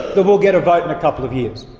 that we'll get a vote in a couple of years.